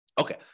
Okay